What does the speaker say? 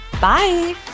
Bye